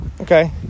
Okay